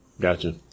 Gotcha